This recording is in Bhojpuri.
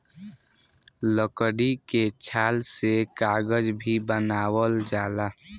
लकड़ी के छाल से कागज भी बनावल जाला